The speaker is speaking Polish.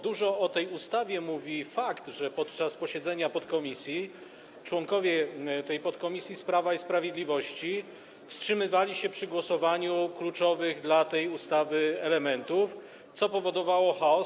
Dużo o tej ustawie mówi fakt, że podczas posiedzenia podkomisji członkowie tej podkomisji z Prawa i Sprawiedliwości wstrzymywali się podczas głosowania kluczowych dla tej ustawy elementów, co powodowało chaos.